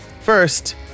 first